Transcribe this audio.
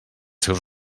seus